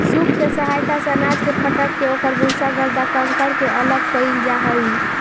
सूप के सहायता से अनाज के फटक के ओकर भूसा, गर्दा, कंकड़ के अलग कईल जा हई